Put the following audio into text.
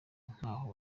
nk’aho